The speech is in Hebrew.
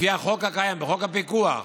לפי החוק הקיים, חוק הפיקוח,